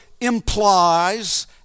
implies